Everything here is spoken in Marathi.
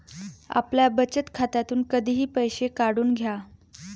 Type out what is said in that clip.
आपल्या बचत खात्यातून कधीही पैसे काढून घ्या